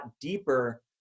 deeper